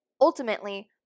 ultimately